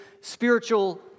spiritual